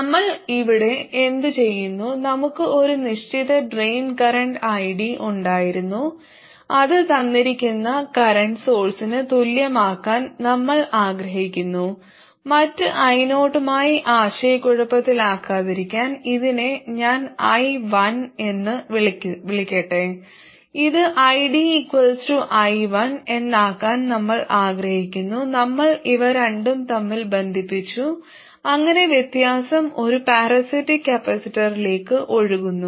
നമ്മൾ ഇവിടെ എന്തുചെയ്യുന്നു നമുക്ക് ഒരു നിശ്ചിത ഡ്രെയിൻ കറന്റ് ID ഉണ്ടായിരുന്നു അത് തന്നിരിക്കുന്ന കറന്റ് സോഴ്സിന് തുല്യമാക്കാൻ നമ്മൾ ആഗ്രഹിക്കുന്നു മറ്റ് io മായി ആശയക്കുഴപ്പത്തിലാകാതിരിക്കാൻ ഇതിനെ ഞാൻ I1 എന്ന് വിളിക്കട്ടെ ഇത് IDI1 എന്നാക്കാൻ നമ്മൾ ആഗ്രഹിക്കുന്നു നമ്മൾ ഇവ രണ്ടും തമ്മിൽ ബന്ധിപ്പിച്ചു അങ്ങനെ വ്യത്യാസം ഒരു പാരാസൈറ്റിക് കപ്പാസിറ്ററിലേക്ക് ഒഴുകുന്നു